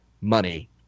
money